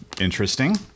Interesting